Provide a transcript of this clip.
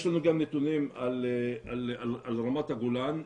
יש לנו גם נתונים על רמת הגולן,